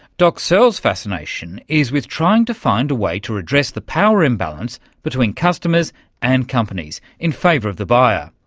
doc searls' fascination is with trying to find a way to redress the power imbalance between customers and companies in favour of the buyer.